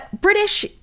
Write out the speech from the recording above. British